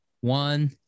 one